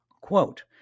Quote